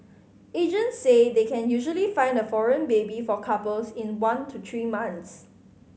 agents say they can usually find a foreign baby for couples in one to three months